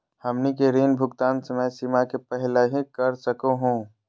हमनी के ऋण भुगतान समय सीमा के पहलही कर सकू हो?